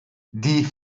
die